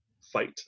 fight